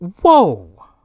whoa